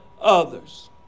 others